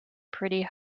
pretty